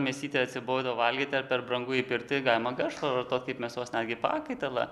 mėsytę atsibodo valgyti ar per brangu įpirkti galima garšvą vartot kaip mėsos netgi pakaitalą